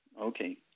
Okay